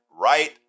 right